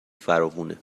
فراوونه